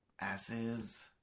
asses